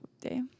day